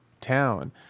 town